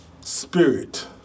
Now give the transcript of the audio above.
spirit